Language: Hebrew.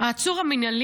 העצור המינהלי.